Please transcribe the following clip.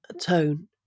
tone